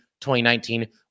2019